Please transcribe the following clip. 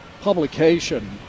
publication